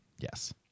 Yes